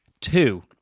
Two